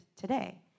today